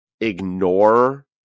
ignore